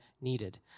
needed